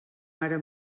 ara